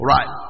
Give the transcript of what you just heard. Right